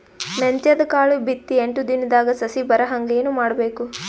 ಮೆಂತ್ಯದ ಕಾಳು ಬಿತ್ತಿ ಎಂಟು ದಿನದಾಗ ಸಸಿ ಬರಹಂಗ ಏನ ಮಾಡಬೇಕು?